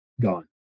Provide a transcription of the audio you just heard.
gone